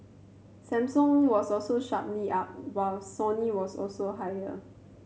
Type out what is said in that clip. Samsung was also sharply up while Sony was also higher